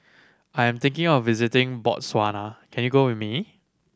I am thinking of visiting Botswana can you go with me